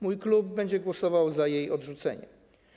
Mój klub będzie głosował za jej odrzuceniem.